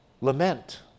Lament